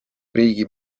riigi